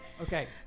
Okay